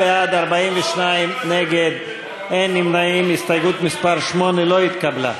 קבוצת סיעת מרצ וקבוצת סיעת המחנה הציוני לסעיף 2 לא נתקבלה.